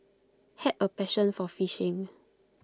had A passion for fishing